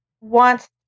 wants